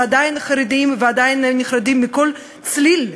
ועדיין חרדים ועדיין נחרדים מכל צליל,